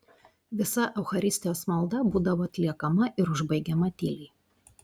visa eucharistijos malda būdavo atliekama ir užbaigiama tyliai